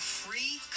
free